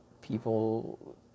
People